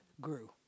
grew